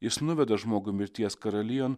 jis nuveda žmogų mirties karalijon